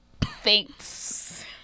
Thanks